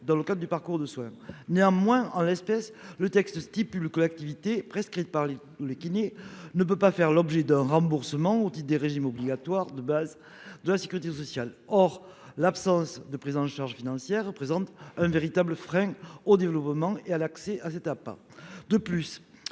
dans le cadre du parcours de soin néanmoins en l'espèce le texte stipule que l'activité prescrite par le kiné ne peut pas faire l'objet d'un remboursement dit des régimes obligatoires de base de la Sécurité sociale. Or l'absence de prise en charge financière représente un véritable frein au développement et à l'accès à cette à pas de plus,